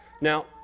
Now